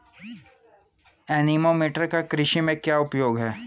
Anemometer का कृषि में क्या उपयोग है?